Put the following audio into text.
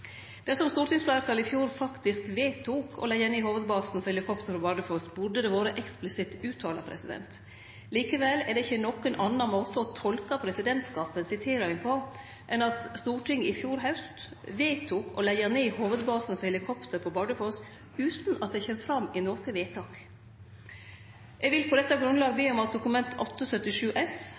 Noreg. Dersom stortingsfleirtalet i fjor faktisk vedtok å leggje ned hovudbasen for helikopter på Bardufoss, burde det vore eksplisitt uttalt. Likevel er det ikkje nokon annan måte å tolke presidentens tilråding på enn at Stortinget i fjor haust vedtok å leggje ned hovudbasen for helikopter på Bardufoss utan at det kjem fram i noko vedtak. Eg vil på dette grunnlaget be om at Dokument 8:77 S